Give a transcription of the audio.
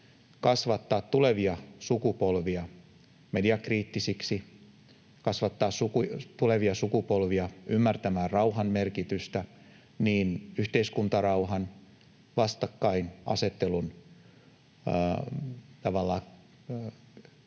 kasvattaa tulevia sukupolvia mediakriittisiksi, kasvattaa tulevia sukupolvia ymmärtämään rauhan merkitystä, niin yhteiskuntarauhan kuin vastakkainasettelun kytemisen